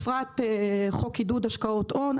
חוק עידוד השקעות הון,